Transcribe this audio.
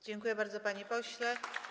Dziękuję bardzo, panie pośle.